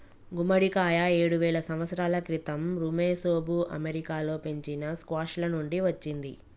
గుమ్మడికాయ ఏడువేల సంవత్సరాల క్రితం ఋమెసోఋ అమెరికాలో పెంచిన స్క్వాష్ల నుండి వచ్చింది